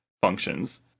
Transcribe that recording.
functions